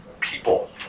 people